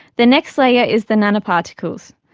the next layer is the nanoparticles.